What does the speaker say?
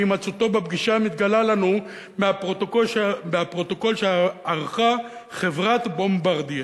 והימצאותו בפגישה מתגלה לנו מהפרוטוקול שערכה חברת "בומברדיה".